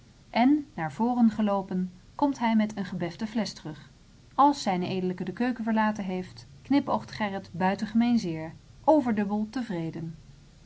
en naar voren geloopen komt hij met een gebefte flesch terug als zed de keuken verlaten heeft knipoogt gerrit buitengemeen zeer overdubbel tevreden de